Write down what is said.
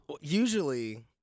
Usually